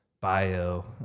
bio